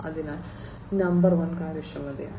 അതിനാൽ നമ്പർ 1 കാര്യക്ഷമതയാണ്